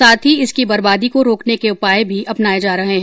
साथ ही इसकी बर्बादी को रोकने के उपाय भी अपनाए जा रहे हैं